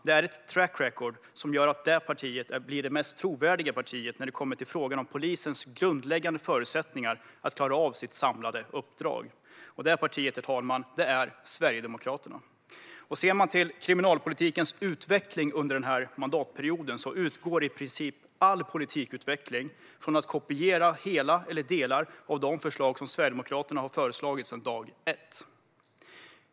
Det är ett track record som gör att det partiet blir det mest trovärdiga partiet när det kommer till frågan om polisens grundläggande förutsättningar att klara av sitt samlade uppdrag. Det partiet, herr talman, är Sverigedemokraterna. Sett till kriminalpolitikens utveckling under den här mandatperioden utgår i princip all politisk utveckling från att kopiera hela eller delar av de förslag som Sverigedemokraterna har förespråkat sedan dag ett.